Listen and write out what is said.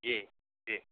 जी जी